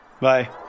Bye